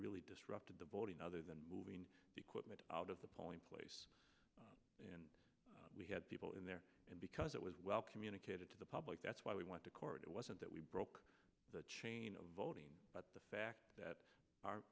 really disrupted the voting other than moving equipment out of the polling place and we had people in there because it was well communicated to the public that's why we went to court it wasn't that we broke the chain of voting but the fact that